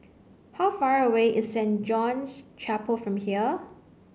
how far away is Saint John's Chapel from here